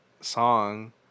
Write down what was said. song